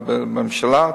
לממשלה,